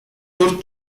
tour